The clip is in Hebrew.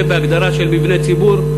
זה בהגדרה של מבני ציבור,